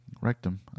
rectum